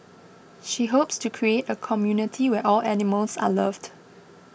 she hopes to create a community where all animals are loved